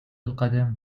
القدم